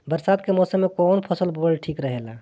बरसात के मौसम में कउन फसल बोअल ठिक रहेला?